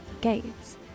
gates